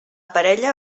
parella